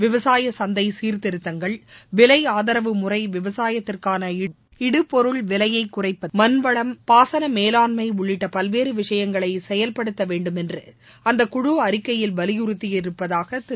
விவசாய சந்தை சீர்திருத்தங்கள் விலை ஆதரவு முறை விவசாயத்திற்கான இடுபொருள் விலையை குறைப்பது மண்வளம் பாசன மேலாண்மை உள்ளிட்ட பல்வேறு விஷயங்களை செயல்படுத்த வேண்டும் என்று அந்தக் குழு அறிக்கையில் வலியுறுத்தியிருப்பதாக திரு